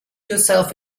yourself